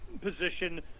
position